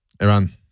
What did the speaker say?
Iran